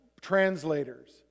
translators